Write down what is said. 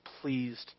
pleased